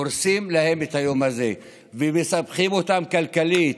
הורסים להם את היום הזה ומסבכים אותם כלכלית.